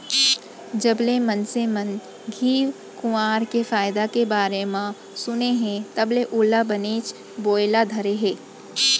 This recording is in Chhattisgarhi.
जबले मनसे मन घींव कुंवार के फायदा के बारे म सुने हें तब ले ओला बनेच बोए ल धरे हें